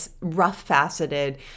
rough-faceted